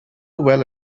well